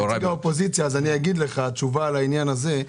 כנציג האופוזיציה אגיד לך תשובה על העניין הזה.